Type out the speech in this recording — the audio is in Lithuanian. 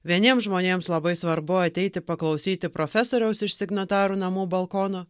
vieniems žmonėms labai svarbu ateiti paklausyti profesoriaus iš signatarų namų balkono